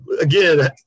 again